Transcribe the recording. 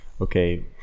Okay